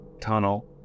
tunnel